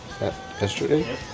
yesterday